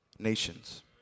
nations